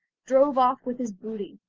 drove off with his booty.